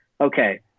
okay